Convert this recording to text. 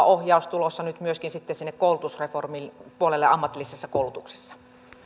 ohjaus tulossa nyt myöskin sitten sinne koulutusreformin puolelle ammatillisessa koulutuksessa